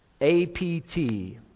A-P-T